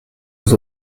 aux